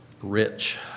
rich